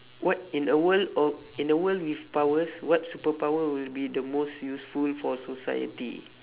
what in a world of in a world with powers what superpower will be the most useful for society